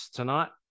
tonight